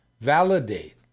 validate